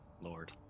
lord